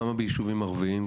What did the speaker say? כמה ביישובים ערביים,